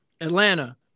atlanta